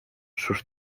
sus